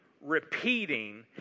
repeating